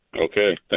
okay